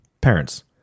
Parents